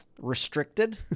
restricted